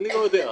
אני לא יודע.